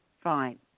fine